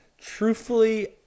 truthfully